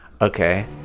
okay